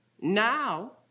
Now